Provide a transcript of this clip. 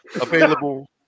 Available